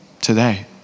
today